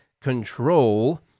control